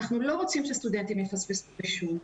אנחנו לא רוצים שסטודנטים יפספסו רישום.